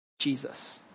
Jesus